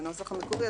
בנוסח המקורי,